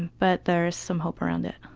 but there's some hope around it.